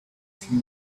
few